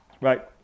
right